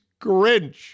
Grinch